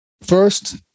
First